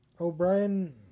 O'Brien